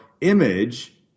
image